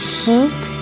heat